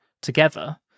together